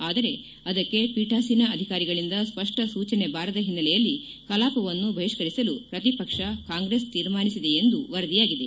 ಆದರೆ ಅದಕ್ಕೆ ಪೀಠಾಸೀನ ಅಧಿಕಾರಿಗಳಿಂದ ಸ್ಪಷ್ಟ ಸೂಚನೆ ಬಾರದ ಓನ್ನೆಲೆಯಲ್ಲಿ ಕಲಾಪವನ್ನು ಬಹಿಷ್ಕರಿಸಲು ಪ್ರತಿಪಕ್ಷ ಕಾಂಗ್ರೆಸ್ ತೀರ್ಮಾನಿಸಿದೆ ಎಂದು ವರದಿಯಾಗಿದೆ